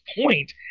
point